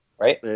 Right